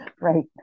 right